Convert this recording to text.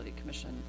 Commission